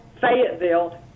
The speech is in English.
Fayetteville